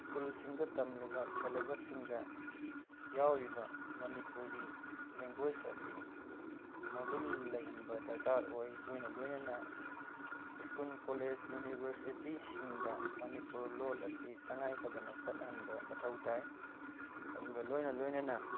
ꯁ꯭ꯀꯨꯜꯁꯤꯡꯗ ꯇꯝꯂꯤꯕ ꯁꯤꯂꯦꯕꯁꯁꯤꯡꯗ ꯌꯥꯎꯔꯤꯕ ꯃꯅꯤꯄꯨꯔꯤ ꯂꯦꯟꯒꯣꯏꯁ ꯑꯁꯤ ꯃꯒꯨꯟ ꯂꯩꯍꯟꯕ ꯗꯔꯀꯥꯔ ꯑꯣꯏ ꯂꯣꯏꯅ ꯂꯣꯏꯅꯅ ꯏꯁꯀꯨꯟ ꯀꯣꯂꯦꯖ ꯌꯨꯅꯤꯚꯔꯁꯤꯇꯤꯁꯤꯡꯗ ꯃꯅꯤꯄꯨꯔ ꯂꯣꯜ ꯑꯁꯤ ꯇꯥꯉꯥꯏ ꯐꯗꯅ ꯆꯠꯅꯍꯟꯕ ꯃꯊꯧ ꯇꯥꯏ ꯑꯗꯨꯒ ꯂꯣꯏꯅ ꯂꯣꯏꯅꯅ